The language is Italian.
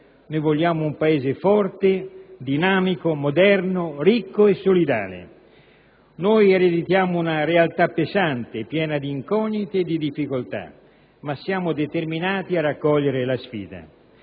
Vogliamo un Paese forte, dinamico, moderno, ricco e solidale. Ereditiamo una realtà pesante, piena di incognite e di difficoltà, ma siamo determinati a raccogliere la sfida.